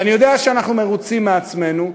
ואני יודע שאנחנו מרוצים מעצמנו.